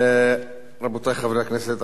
רבותי חברי הכנסת,